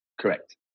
Correct